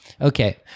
okay